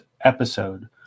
episode